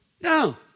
No